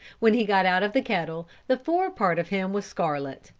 when he got out of the kettle the fore-part of him was scarlet,